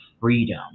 freedom